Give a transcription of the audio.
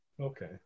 Okay